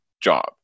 job